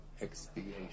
expiation